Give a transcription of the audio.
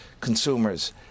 consumers